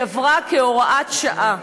היא עברה כהוראת שעה,